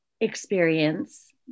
experience